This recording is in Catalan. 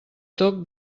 toc